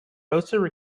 also